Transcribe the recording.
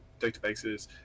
databases